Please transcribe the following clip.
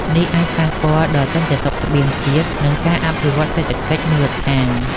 នេះអាចប៉ះពាល់ដល់សន្តិសុខស្បៀងជាតិ និងការអភិវឌ្ឍសេដ្ឋកិច្ចមូលដ្ឋាន។